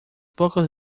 pocos